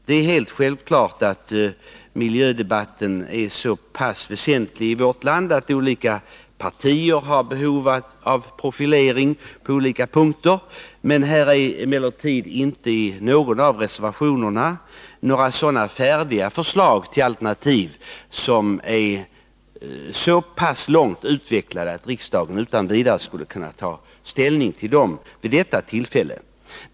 Det är helt självklart att miljödebatten är så väsentlig i vårt land att partier har behov av profilering på olika punkter. Här finns emellertid inte i någon av reservationerna alternativa förslag som är så pass långt utvecklade att riksdagen utan vidare skulle kunna ta ställning till dem vid detta tillfälle.